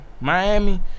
Miami